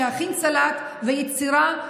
להכין סלט ויצירה,